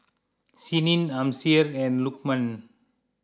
Senin Amsyar and Lukman